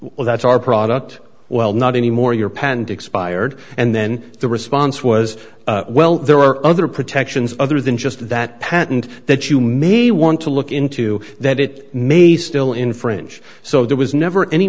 well that's our product well not anymore your pant expired and then the response was well there are other protections other than just that patent that you may want to look into that it may be still in french so there was never any